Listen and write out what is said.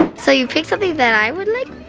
so you picked something that i would like